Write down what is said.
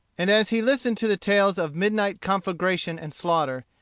and as he listened to the tales of midnight conflagration and slaughter,